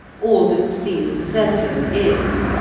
all that seems certain is,